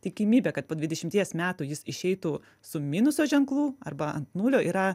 tikimybė kad po dvidešimties metų jis išeitų su minuso ženklu arba ant nulio yra